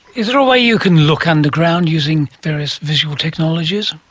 is there a way you can look underground using various visual technologies?